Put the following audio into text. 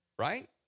right